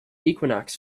equinox